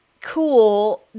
cool